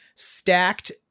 stacked